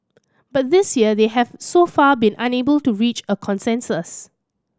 but this year they have so far been unable to reach a consensus